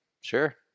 sure